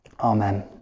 Amen